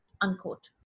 Unquote